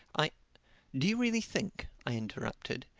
i do you really think, i interrupted,